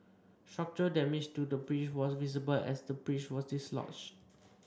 structural damage to the bridge was visible as the bridge was dislodged